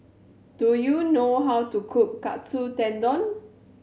do you know how to cook Katsu Tendon